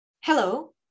Hello